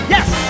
Yes